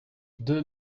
deux